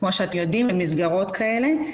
כפי שאתם יודעים, למסגרות כאלה.